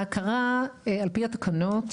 ההכרה על פי התקנות,